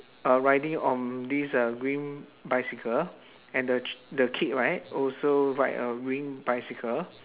uh riding on this uh green bicycle and the k~ the kid right also ride on green bicycle